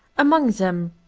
among them,